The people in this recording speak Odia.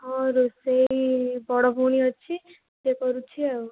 ହଁ ରୋଷେଇ ବଡ଼ ଭଉଣୀ ଅଛି ସେ କରୁଛି ଆଉ